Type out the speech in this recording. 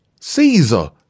Caesar